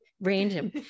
random